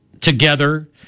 together